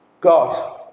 God